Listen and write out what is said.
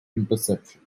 interception